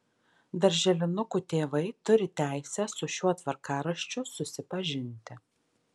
darželinukų tėvai turi teisę su šiuo tvarkaraščiu susipažinti